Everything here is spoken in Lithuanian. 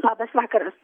labas vakaras